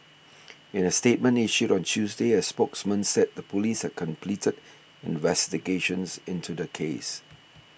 in a statement issued on Tuesday a spokesman said the police had completed investigations into the case